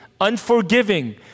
unforgiving